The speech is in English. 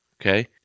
okay